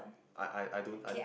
I I I don't I don't